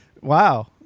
wow